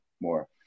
more